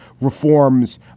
reforms